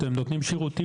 אתם נותני שירותים